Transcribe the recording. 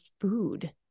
food